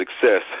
Success